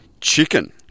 Chicken